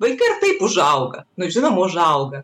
vaikai ir taip užauga nu žinoma užauga